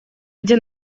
где